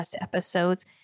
episodes